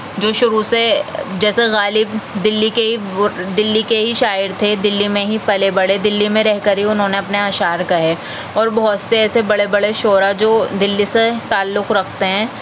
جو شروع سے جیسے غالب دلی کے ہی دلی کے ہی شاعر تھے دلی میں ہی پلے بڑھے دلی میں رہ کر ہی انہوں نے اپنے اشعار کہے اور بہت سے ایسے بڑے بڑے شعرا جو دلی سے تعلق رکھتے ہیں